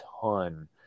ton